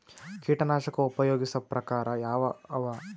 ಕೀಟನಾಶಕ ಉಪಯೋಗಿಸೊ ಪ್ರಕಾರ ಯಾವ ಅವ?